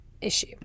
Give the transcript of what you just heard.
issue